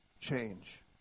change